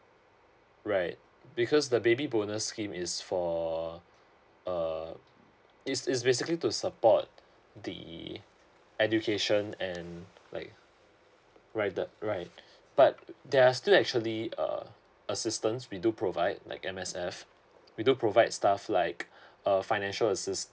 right because the baby bonus scheme is for uh it's it's basically to support the education and like right right but there are still actually uh assistance we do provide like M_S_F we do provide stuff like a financial assist